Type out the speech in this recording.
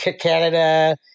Canada